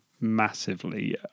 massively